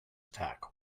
attack